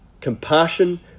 Compassion